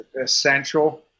essential